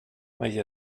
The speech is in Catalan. mai